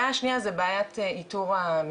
אז זה נעשה בדואר רשום.